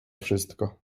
wszystko